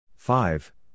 Five